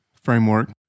framework